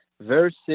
versus